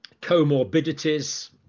comorbidities